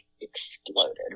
exploded